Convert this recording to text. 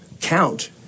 count